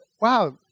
wow